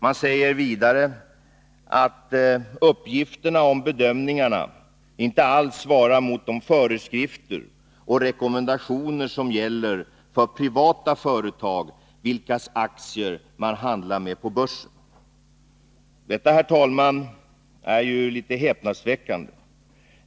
De säger vidare att uppgifterna om bedömningarna inte alls svarar mot de föreskrifter och rekommendationer som gäller för privata företag, vilkas aktier man handlar med på börsen. Detta, herr talman, är litet häpnadsväckande.